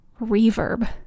reverb